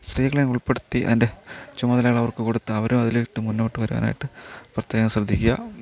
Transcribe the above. സ്ത്രീകളെ ഉൾപ്പെടുത്തി അതിൻ്റെ ചുമതലകളവർക്ക് കൊടുത്ത് അവരും അതില് മുന്നോട്ടു വരാനായിട്ട് പ്രതേകം ശ്രദ്ധിക്കുക